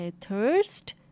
thirst